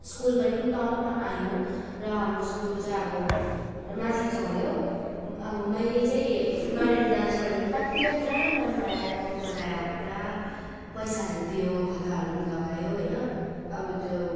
school पनि टपमा आयो र हाम्रो स्कुल चाहिँ अब माथि चढ्यो अब मैले चाहिँ मारुनी डान्स गरेको कतिले पुरा मनपरायो मलाई अब पुरा पैसाहरू दियो खदाहरू लगायो होइन अब त्यो